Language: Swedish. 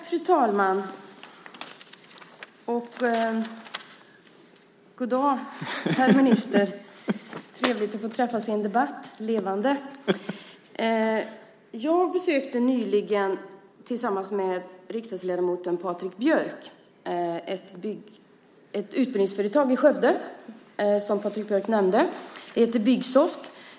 Fru talman, och god dag, herr minister! Det är trevligt att få träffas i levande livet i en debatt! Jag besökte nyligen tillsammans med riksdagsledamoten Patrik Björck ett utbildningsföretag i Skövde, som Patrik Björck nämnde. Det heter Byggsoft.